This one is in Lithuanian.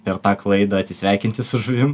per tą klaidą atsisveikinti su žuvim